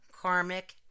karmic